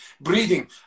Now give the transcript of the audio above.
breathing